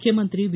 ಮುಖ್ಯಮಂತ್ರಿ ಬಿ